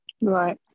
right